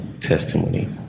testimony